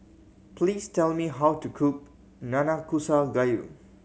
please tell me how to cook Nanakusa Gayu